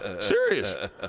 Serious